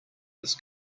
this